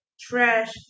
trash